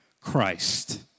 Christ